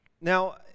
Now